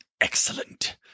excellent